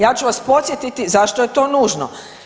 Ja ću vas podsjetiti zašto je to nužno.